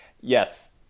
Yes